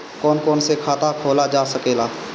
कौन कौन से खाता खोला जा सके ला?